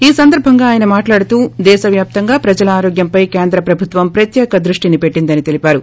ఈ సందర్భంగా ఆయన మాట్లాడుతూ దేశ వ్యాప్తంగా ప్రజల ఆరోగ్యంపై కేంద్రం ప్రభుత్వం ప్రత్యేక దృష్టి పెట్టిందని తెలిపారు